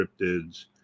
cryptids